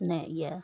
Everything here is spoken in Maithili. नहि यऽ